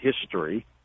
history